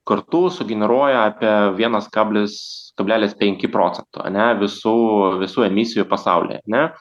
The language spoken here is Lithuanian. kartu sugeneruoja apie vienas kablis kablelis penki procento ane visų visų emisijų pasaulyje ne